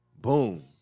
Boom